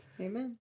Amen